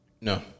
No